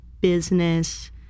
business